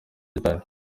gitari